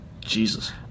Jesus